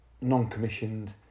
non-commissioned